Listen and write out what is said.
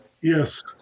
Yes